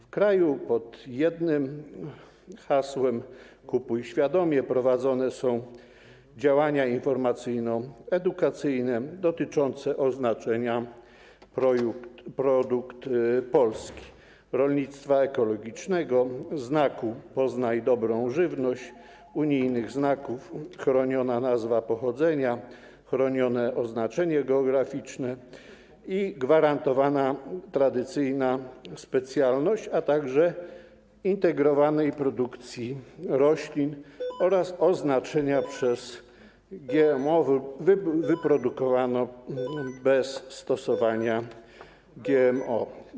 W kraju pod jednym hasłem „Kupuj świadomie” prowadzone są działania informacyjno-edukacyjne dotyczące oznaczenia „Produkt polski”, rolnictwa ekologicznego, znaku „Poznaj dobrą żywność”, unijnych znaków: „Chroniona nazwa pochodzenia”, „Chronione oznaczenie geograficzne” i „Gwarantowana tradycyjna specjalność”, a także „Integrowana produkcja roślin”, oraz oznaczenia przez GMO - „Wyprodukowano bez stosowania GMO”